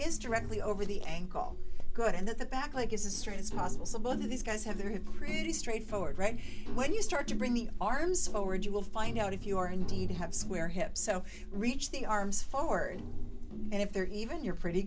is directly over the ankle good and at the back like it's a straight is possible so both of these guys have their head pretty straight forward right when you start to bring the arms forward you will find out if you are indeed have square hips so reach the arms forward and if they're even you're pretty